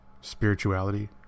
spirituality